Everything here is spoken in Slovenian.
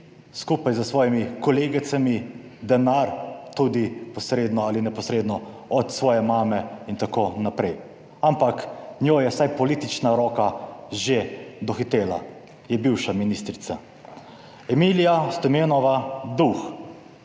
skupaj s svojimi kolegicami denar, tudi posredno ali neposredno od svoje mame, itn. Ampak njo je vsaj politična roka že dohitela, je bivša ministrica. Emilija Stomenova Duh.